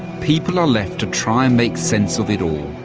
people are left to try make sense of it all.